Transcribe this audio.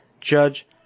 Judge